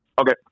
Okay